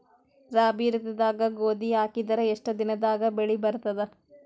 ರಾಬಿ ಋತುದಾಗ ಗೋಧಿ ಹಾಕಿದರ ಎಷ್ಟ ದಿನದಾಗ ಬೆಳಿ ಬರತದ?